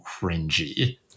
cringy